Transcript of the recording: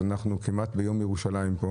אז אנחנו כמעט ביום ירושלים פה,